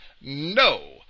no